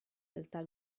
alta